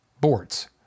boards